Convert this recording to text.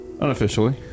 Unofficially